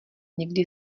někdy